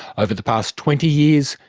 over the past twenty years,